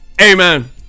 amen